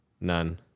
None